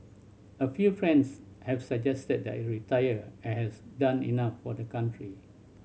a fewer friends have suggested that I retire I as I have done enough for the country